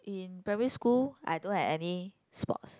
in primary school I don't have any sports